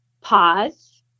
pause